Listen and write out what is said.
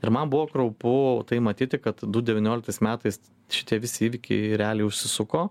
ir man buvo kraupu tai matyti kad du devynioliktais metais šitie visi įvykiai realiai užsisuko